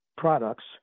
products